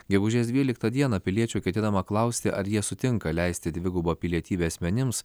gegužės dvyliktą dieną piliečių ketinama klausti ar jie sutinka leisti dvigubą pilietybę asmenims